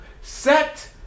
Set